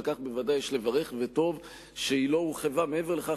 על כך ודאי יש לברך וטוב שהיא לא הורחבה מעבר לכך,